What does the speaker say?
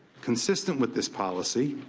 consistent with this policy,